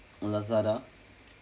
Lazada